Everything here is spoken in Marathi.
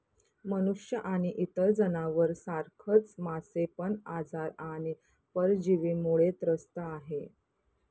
मनुष्य आणि इतर जनावर सारखच मासे पण आजार आणि परजीवींमुळे त्रस्त आहे